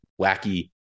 wacky